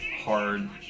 hard